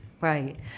Right